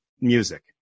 music